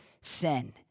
sin